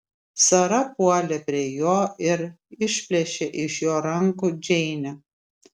sara puolė prie jo ir išplėšė iš jo rankų džeinę